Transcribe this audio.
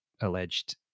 alleged